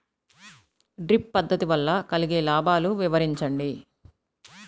Drip పద్దతి వల్ల కలిగే లాభాలు వివరించండి?